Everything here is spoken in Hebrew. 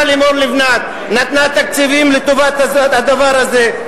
גם השרה לימור לבנת נתנה תקציבים לטובת הדבר הזה,